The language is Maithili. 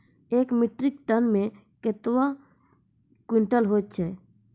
एक मीट्रिक टन मे कतवा क्वींटल हैत छै?